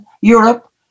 Europe